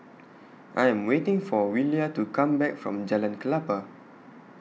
I Am waiting For Willia to Come Back from Jalan Klapa